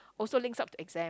also links up to exam